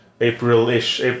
April-ish